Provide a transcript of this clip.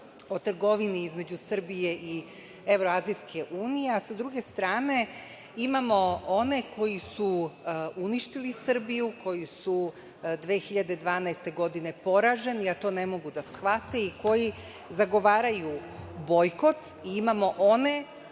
o trgovini između Srbije i Evroazijske unije, a sa druge strane imamo one koji su uništili Srbiju, koji su 2012. godine poraženi a to ne mogu da shvate i koji zagovaraju bojkot i imamo one,